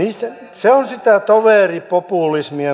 se on sitä toveripopulismia